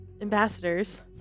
ambassadors